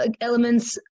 elements